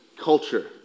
culture